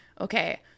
Okay